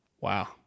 wow